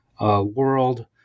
world